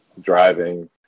driving